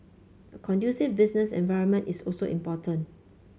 a conducive business environment is also important